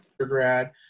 undergrad